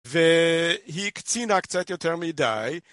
והיא הקצינה קצת יותר מדי.